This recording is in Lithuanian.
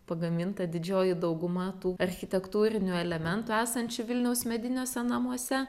pagaminta didžioji dauguma tų architektūrinių elementų esančių vilniaus mediniuose namuose